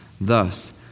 Thus